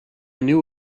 knew